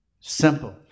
Simple